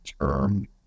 term